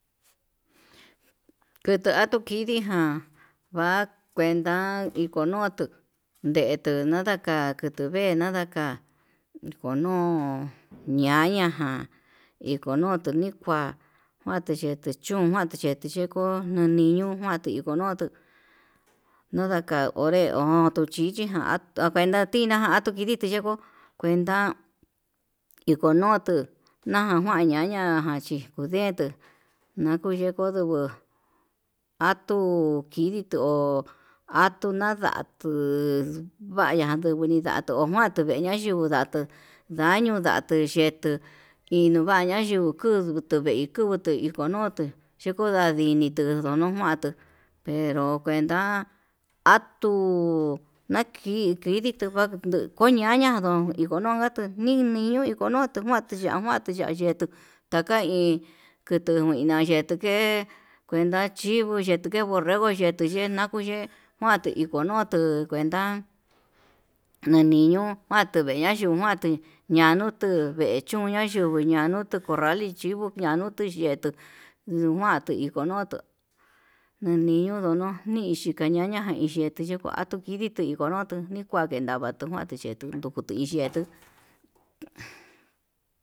Kutuu atu kindii ján kua kuenta ikonutuu ndetuu nadaka kutuu ve'e nandaka, ndikonuu ñaña ján ikonutu nikua kaute yete chún kute chete neko'o nani ño'o njuan ndikonutu, nadaka onre ondo chichi na'a kuenda tina jan kundite tiyeko kuenta ikonutu naján kua ñaña chí kundetu, nakuu yeko ndunguu atuu kiditu hó atuu nandatuu, nduu nguaña ndeko ninda'a tuu juantu yengua yuu kuu ndatu ndaño ndatuu yetu iño vaña yukuu, kutu vei kutu ikonutu chikodadinito ndikonatu enró kuenta atuu naki kuidito vakuu kuñaña ndon ikonongatu nii niño ikonoyu kuandu ya'a kuandu ya'a yetuu taka iin kutu nguina ye'e yetuke kuenta chivo yetuu ke'e borrego cheto ye nangui, yee kuandu iko nutuu ndu kuenta ñani ño'o kuando ndengueña yuu nguatu ñanutu vechún ñayuu, buñanutu corral de chivo ñanutu yetuu iin kuandu ikoñotu ñani ndonon nii ni xhika ñaña iin xhe'e nichikuatu kiditu nikonotu nikuanatu kuandu yukutu iye'e tuu.